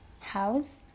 house